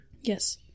Yes